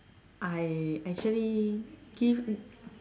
I actually give